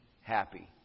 happy